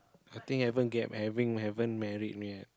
I think haven't get having haven't married yet